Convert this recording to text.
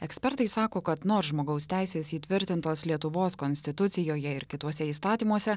ekspertai sako kad nors žmogaus teisės įtvirtintos lietuvos konstitucijoje ir kituose įstatymuose